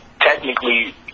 technically